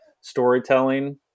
storytelling